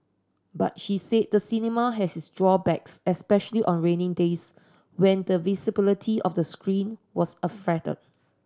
but she said the cinema has its drawbacks especially on rainy days when the visibility of the screen was affected